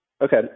Okay